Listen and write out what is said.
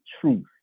truth